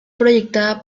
proyectada